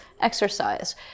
exercise